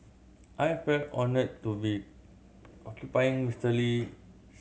I feel honoured to be occupying Mister Lee